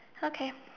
okay